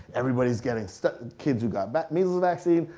everybody's getting kids who got but measles vaccines,